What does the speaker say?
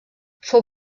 fou